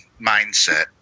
mindset